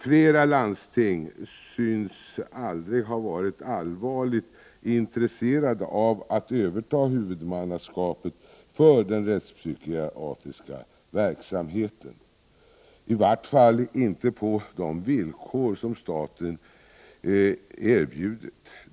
Flera landsting synes aldrig ha varit allvarligt intresserade av att överta huvudmannaskapet för den rättspsykiatriska verksamheten, i vart fall inte på de villkor som staten erbjudit.